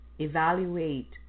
Evaluate